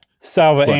Salva